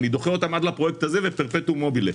אני דוחה אותם עד לפרויקט הזה בפרפטום מובילה,